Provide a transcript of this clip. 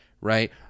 right